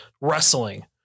Wrestling